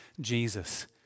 Jesus